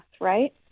right